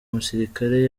musirikare